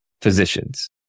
physicians